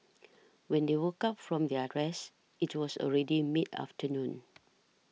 when they woke up from their rest it was already mid afternoon